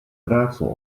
raadsel